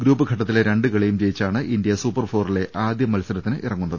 group ഘട്ടത്തിലെ രണ്ട് കളിയും ജയിച്ചാണ് ഇന്ത്യ സൂപ്പർഫോറിലെ ആദ്യമത്സരത്തിനിറങ്ങുന്നത്